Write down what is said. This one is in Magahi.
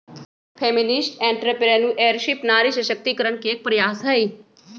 फेमिनिस्ट एंट्रेप्रेनुएरशिप नारी सशक्तिकरण के एक प्रयास हई